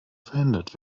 verhindert